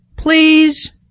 Please